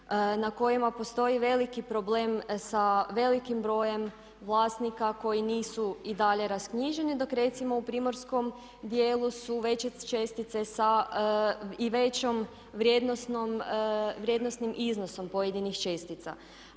na kojima postoji veliki problem sa velikim brojem vlasnika koji nisu i dalje rasknjiženi dok recimo u Primorskom djelu su veće čestice i većom vrijednosnim iznosom pojedinih čestica.